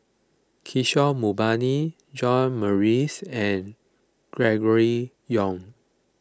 Kishore Mahbubani John Morrice and Gregory Yong